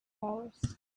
dollars